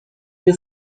nie